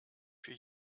für